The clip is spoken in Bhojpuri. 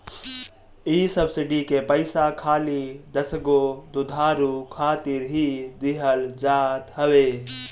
इ सब्सिडी के पईसा खाली दसगो दुधारू खातिर ही दिहल जात हवे